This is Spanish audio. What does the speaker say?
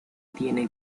tiene